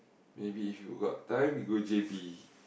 maybe if you got time we go J_B